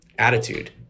attitude